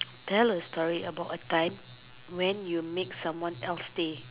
tell a story about a time where you make someone else day